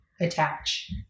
attach